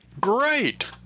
Great